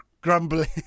grumbling